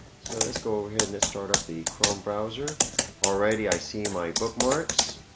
so let's go overhead and this start up the chrome browser alrighty i see my bookmarks